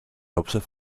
hauptstadt